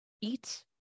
eat